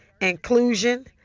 inclusion